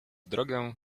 drogę